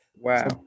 Wow